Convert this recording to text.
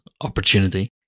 opportunity